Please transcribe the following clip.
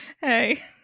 Hey